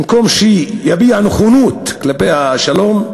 במקום שיביע נכונות כלפי השלום.